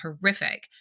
horrific